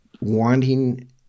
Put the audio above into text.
wanting